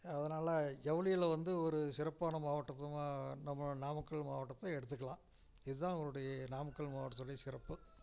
அதனால் ஜவுளியில வந்து ஒரு சிறப்பான மாவட்டமாக நம்ம நாமக்கல் மாவட்டத்தை எடுத்துக்கலாம் இது தான் அவங்களுடைய நாமக்கல் மாவட்டத்துடைய சிறப்பு